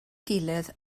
gilydd